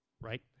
right